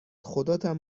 خداتم